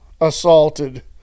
assaulted